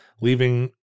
leaving